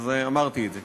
אז אמרתי את זה.